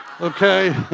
okay